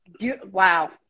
Wow